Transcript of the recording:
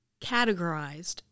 categorized